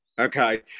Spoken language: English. Okay